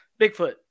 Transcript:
Bigfoot